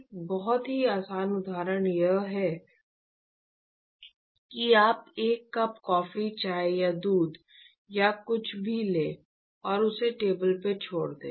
एक बहुत ही आसान उदाहरण यह है कि आप एक कप कॉफी चाय या दूध या कुछ भी लें और उसे टेबल पर छोड़ दें